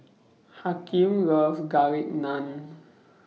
Hakeem loves Garlic Naan